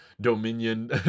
dominion